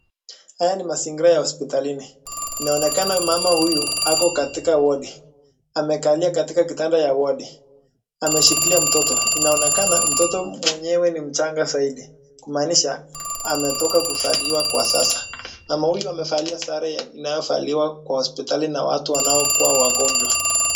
Haya ni mazingira ya hospitalini. Inaonekana mama huyu ako katika wadi ,amekalia katika kitanda ya wadi . Ameshikilia mtoto , inaonekana mtoto mwenyewe ni mchanga zaidi kumaanisha ametoka kuzaliwa kwa sasa. Mama huyu amavalia sare inayovaliwa kwa hospitali na watu wagonjwa.